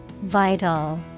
vital